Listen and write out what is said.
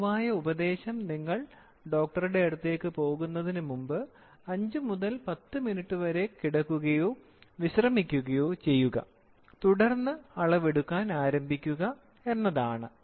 പൊതുവായ ഉപദേശം നിങ്ങൾ ഡോക്ടറിന്റെ അടുത്തേക്ക് പോകുന്നതിനുമുമ്പ് 5 മുതൽ 10 മിനിറ്റ് വരെ കിടക്കുകയോ വിശ്രമിക്കുകയോ ചെയ്യുക തുടർന്ന് അളവെടുക്കാൻ ആരംഭിക്കുക എന്നതാണ്